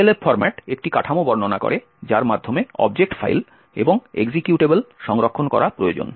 ELF format একটি কাঠামো বর্ণনা করে যার মাধ্যমে অবজেক্ট ফাইল এবং এক্সিকিউটেবল সংরক্ষণ করা প্রয়োজন